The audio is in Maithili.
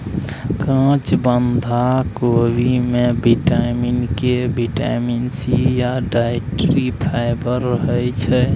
काँच बंधा कोबी मे बिटामिन के, बिटामिन सी या डाइट्री फाइबर रहय छै